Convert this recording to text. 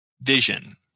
vision